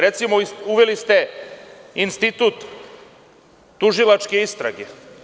Recimo, uveli ste Institut tužilačke istrage.